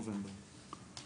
נובמבר,